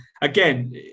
again